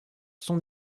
son